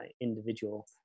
individual